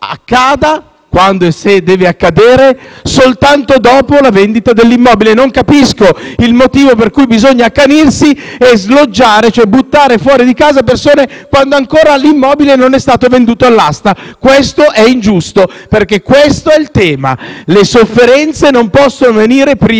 quando e se deve accadere - soltanto dopo la vendita dell'immobile. Non capisco il motivo per cui bisogna accanirsi e sloggiare, cioè buttare fuori di casa, delle persone quando ancora l'immobile non è stato venduto all'asta. Questo è ingiusto ed è questo il tema: le sofferenze non posso venire prima